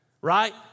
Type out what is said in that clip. right